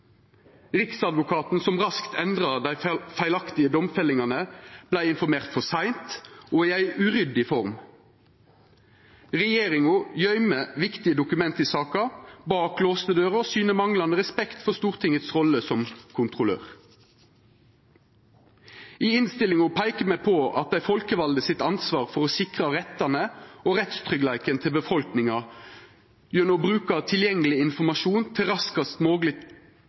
Riksadvokaten, som raskt endra dei feilaktige domfellingane, vart informert for seint og i ei uryddig form. Regjeringa gøymer viktige dokument i saka bak låste dører og syner manglande respekt for Stortinget si rolle som kontrollør. I innstillinga peikar me på dei folkevalde sitt ansvar for å sikra rettane og rettstryggleiken til befolkninga gjennom bruk av tilgjengeleg informasjon til raskast mogleg